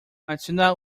adicionar